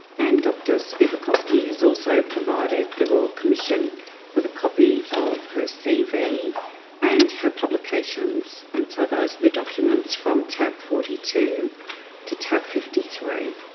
and dr spivakovsky has also provided the royal commission with a copy of her cv and her publications. and so those are the documents from tab forty two to tab fifty three. right,